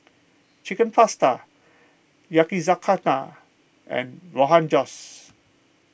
Chicken Pasta Yakizakana and Rogan Josh